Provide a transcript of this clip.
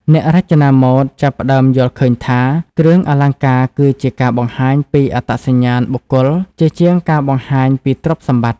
អ្នករចនាម៉ូដចាប់ផ្ដើមយល់ឃើញថា គ្រឿងអលង្ការគឺជាការបង្ហាញពីអត្តសញ្ញាណបុគ្គល ជាជាងការបង្ហាញពីទ្រព្យសម្បត្តិ។